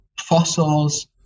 fossils